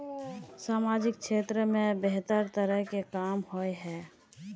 सामाजिक क्षेत्र में बेहतर तरह के काम होय है?